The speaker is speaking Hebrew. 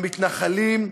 המתנחלים,